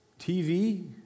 TV